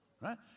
Right